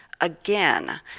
again